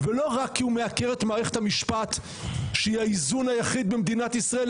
ולא רק כי הוא מעקר את מערכת המשפט שהיא האיזון היחיד במדינת ישראל,